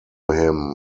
him